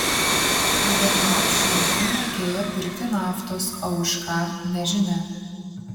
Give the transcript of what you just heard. rudeniop šildymui reikėjo pirkti naftos o už ką nežinia